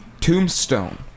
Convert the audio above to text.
Tombstone